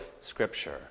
Scripture